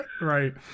Right